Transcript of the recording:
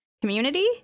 community